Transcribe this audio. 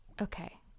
okay